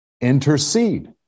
intercede